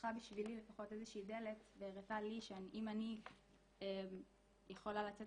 פתחה בשבילי לפחות איזושהי דלת והראתה לי שאם אני יכולה לצאת